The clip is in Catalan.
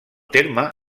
terme